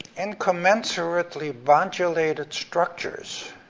incommensurately but modulated structures